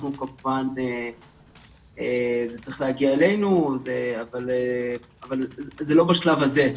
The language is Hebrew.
כמובן שזה צריך להגיע אלינו, אבל לא בשלב הזה.